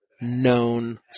known